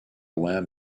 lamb